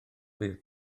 fydd